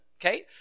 okay